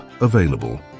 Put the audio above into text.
available